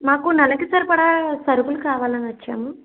నాకు నెలకి సరిపడా సరుకులు కావాలని వచ్చాము